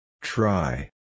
Try